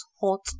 hot